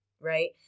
right